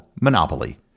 Monopoly